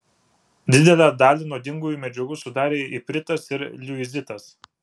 didelę dalį nuodingųjų medžiagų sudarė ipritas ir liuizitas